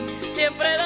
siempre